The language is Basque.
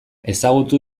ezagutu